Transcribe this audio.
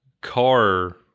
car